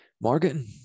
marketing